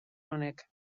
honek